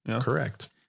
Correct